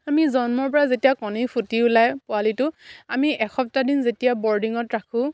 আমি জন্মৰ পৰা যেতিয়া কণী ফুটি ওলাই পোৱালিটো আমি এসপ্তাহদিন যেতিয়া বৰ্ডিঙত ৰাখোঁ